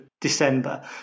December